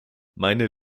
meine